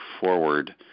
forward